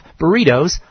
burritos